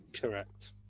Correct